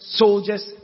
soldiers